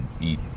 eat